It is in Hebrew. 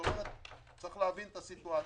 יש להבין את המצב.